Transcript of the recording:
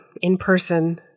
in-person